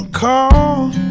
Call